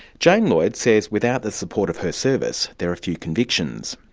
jane lloyd says without the support of her service, there are few convictions.